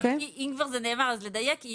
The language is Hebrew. רגע, אם כבר זה נאמר אז לדייק, כי